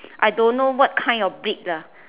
I don't know what kind of breed ah